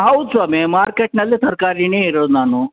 ಹೌದು ಸ್ವಾಮಿ ಮಾರ್ಕೆಟಿನಲ್ಲಿ ತರಕಾರಿನೇ ಇರೋದು ನಾನು